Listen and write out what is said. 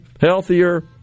healthier